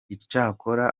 icyakora